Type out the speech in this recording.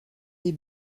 des